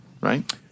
right